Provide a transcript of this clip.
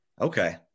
Okay